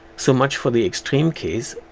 so much for the extreme case,